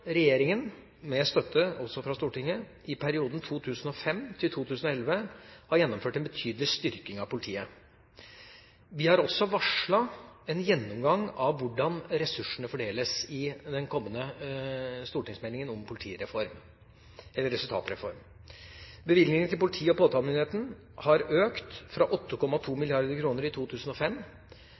med støtte fra Stortinget, i perioden 2005–2011 har gjennomført en betydelig styrking av politiet. Vi har også varslet en gjennomgang av hvordan ressursene fordeles, i den kommende stortingsmeldingen om resultatreform. Bevilgningen til politiet og påtalemyndigheten er økt fra 8,2 mrd. kr i 2005